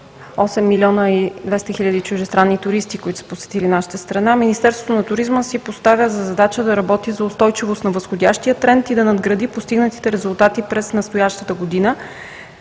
8 млн. 200 хил. чуждестранни туристи, които са посетили нашата страна, Министерството на туризма си поставя за задача да работи за устойчивост на възходящия тренд и да надгради постигнатите резултати през настоящата година,